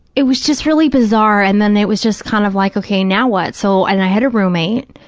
it was just really bizarre, and then it was just kind of like, okay, now what? so, and i had a roommate,